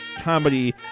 comedy